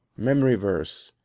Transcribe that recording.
memory verse,